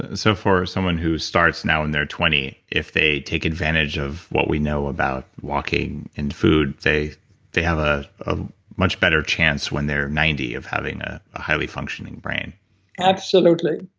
and so for someone who starts now in their twenty, if they take advantage of what we know about walking, and food, they they have ah a much better chance when they're ninety, of having ah a highly functioning brain absolutely,